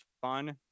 fun